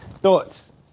Thoughts